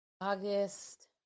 August